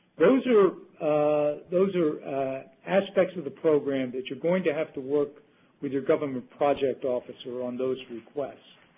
those are ah those are aspects of the program that you're going to have to work with your government project officer on those requests.